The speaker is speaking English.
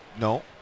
No